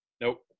Nope